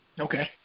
okay